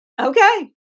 Okay